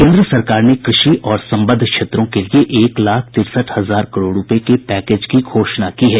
केंद्र सरकार ने कृषि और संबद्ध क्षेत्रों के लिए एक लाख तिरसठ हजार करोड रूपये के पैकेज की घोषणा की है